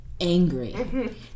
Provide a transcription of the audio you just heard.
angry